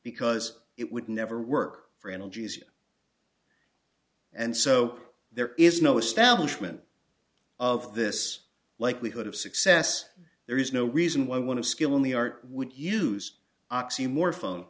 because it would never work for energies and so there is no establishment of this likelihood of success there is no reason why we want to skill in the art would use oxymorphone